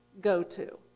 go-to